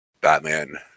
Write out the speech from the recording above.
Batman